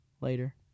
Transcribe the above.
later